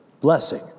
blessing